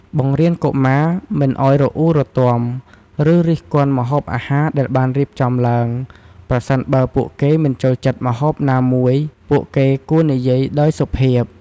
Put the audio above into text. បង្រៀនកុមារមិនឲ្យរអ៊ូរទាំ ឬរិះគន់ម្ហូបអាហារដែលបានរៀបចំឡើង ប្រសិនបើពួកគេមិនចូលចិត្តម្ហូបណាមួយ ពួកគេគួរនិយាយដោយសុភាព។